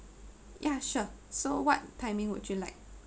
ya sure so what timing would you like